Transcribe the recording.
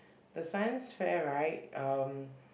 the science fair right um